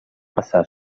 passar